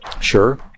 sure